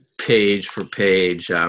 page-for-page